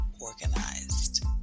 Organized